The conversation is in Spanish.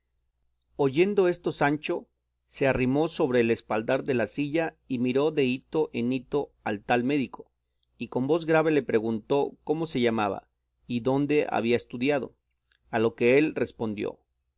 oyendo esto sancho se arrimó sobre el espaldar de la silla y miró de hito en hito al tal médico y con voz grave le preguntó cómo se llamaba y dónde había estudiado a lo que él respondió